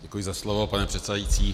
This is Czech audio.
Děkuji za slovo, pane předsedající.